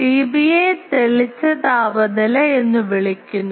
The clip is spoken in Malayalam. ടിബിയെ തെളിച്ച താപനില എന്ന് വിളിക്കുന്നു